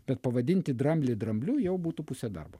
bet pavadinti dramblį drambliu jau būtų pusė darbo